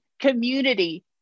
community